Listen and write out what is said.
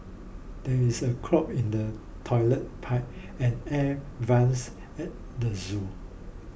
there is a clog in the Toilet Pipe and Air Vents at the zoo